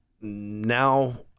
now